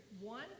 one